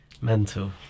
Mental